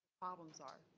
problems are?